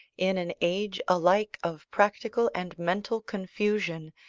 in an age alike of practical and mental confusion,